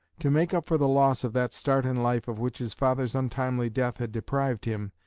to make up for the loss of that start in life of which his father's untimely death had deprived him,